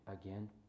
again